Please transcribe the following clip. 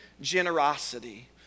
generosity